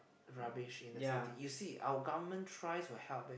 rubbish in the city you see our government try to help it